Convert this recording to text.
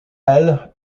elles